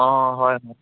অঁ হয় হয়